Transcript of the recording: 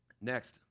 Next